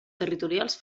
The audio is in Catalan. territorials